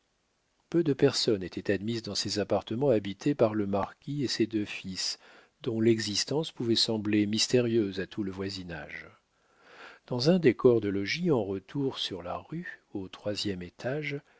peu de personnes étaient admises dans ces appartements habités par le marquis et ses deux fils dont l'existence pouvait sembler mystérieuse à tout le voisinage dans un des corps de logis en retour sur la rue au troisième étage